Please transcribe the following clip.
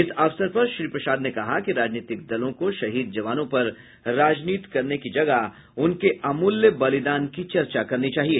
इस अवसर पर श्री प्रसाद ने कहा कि राजनीतिक दलों को शहीद जवानों पर राजनीति करने की जगह उनके अमूल्य बलिदान की चर्चा करनी चाहिए